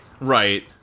Right